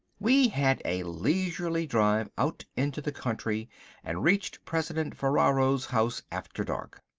we had a leisurely drive out into the country and reached president ferraro's house after dark.